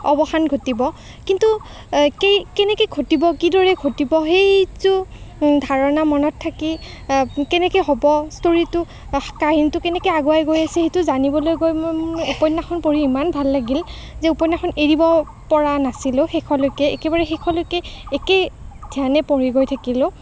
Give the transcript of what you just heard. অৱসান ঘটিব কিন্তু কি কেনেকৈ ঘটিব কিদৰে ঘটিব সেইটো ধাৰণা মনত থাকি কেনেকৈ হ'ব ষ্টৰিটো কাহিনীটো কেনেকৈ আগুৱাই গৈ আছে সেইটো জানিবলৈ গৈ মই উপন্যাসখন পঢ়ি ইমান ভাল লাগিল যে উপন্যাসখন এৰিব পৰা নাছিলোঁ শেষলৈকে একেবাৰে শেষলৈকে একে ধ্যানেই পঢ়ি গৈ থাকিলোঁ